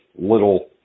little